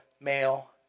male